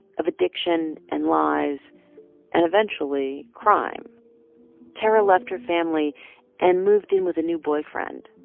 of addiction and lies and eventually crime tarra left her family and moved in with a new boyfriend.